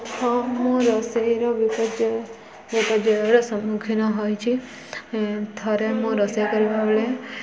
ହଁ ମୁଁ ରୋଷେଇର ବିପର୍ଯୟ ବିପର୍ଯୟର ସମ୍ମୁଖୀନ ହୋଇଛିି ଥରେ ମୁଁ ରୋଷେଇ କରିବାବେଳେ